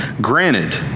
Granted